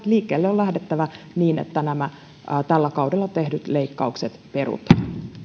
liikkeelle on lähdettävä niin että tällä kaudella tehdyt leikkaukset perutaan